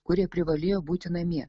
kurie privalėjo būti namie